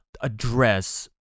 address